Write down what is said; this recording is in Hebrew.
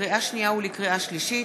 לקריאה שנייה ולקריאה שלישית,